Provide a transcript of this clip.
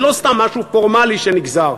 זה לא סתם משהו פורמלי שנגזר.